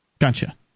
Gotcha